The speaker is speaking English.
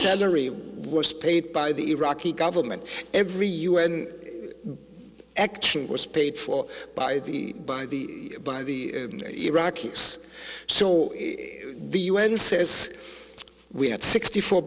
salary was paid by the iraqi government every u n action was paid for by the by the by the iraqis saw the u n says we had sixty four